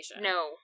No